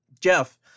Jeff